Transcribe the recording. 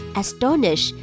astonish